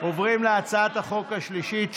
עוברים להצעת החוק השלישית,